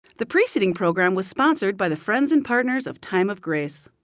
the preceding program was sponsored by the friends and partners of time of grace.